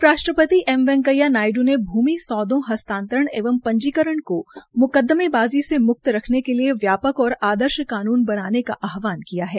उप राष्ट्रपति एम वैकेंया नायडू ने भूमि सौदों हस्तातंरण एवं पंजीकरण को मुकदमेंबाजी से मुक्त से मुक्त रखने के लिये व्यापक और आदर्श कानून बनाने का आहवान किया है